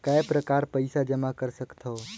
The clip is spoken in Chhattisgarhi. काय प्रकार पईसा जमा कर सकथव?